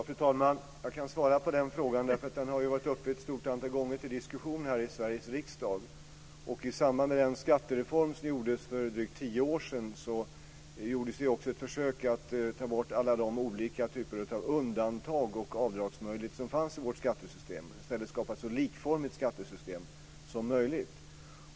Fru talman! Jag kan svara på den frågan. Den har varit uppe ett stort antal gånger till diskussion här i I samband med den skattereform som gjordes för drygt tio år sedan gjordes också ett försök att ta bort alla de olika typer av undantag och avdragsmöjligheter som fanns i vårt skattesystem och i stället skapa ett så likformigt skattesystem som möjligt.